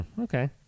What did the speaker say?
okay